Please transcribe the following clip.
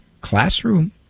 classroom